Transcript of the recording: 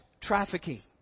trafficking